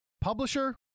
publisher